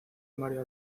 mario